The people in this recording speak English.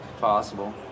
Possible